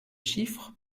chiffres